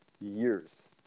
years